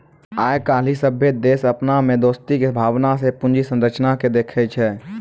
आइ काल्हि सभ्भे देश अपना मे दोस्ती के भावना से पूंजी संरचना के देखै छै